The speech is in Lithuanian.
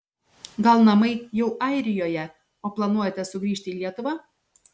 gal namai jau airijoje o planuojate sugrįžti į lietuvą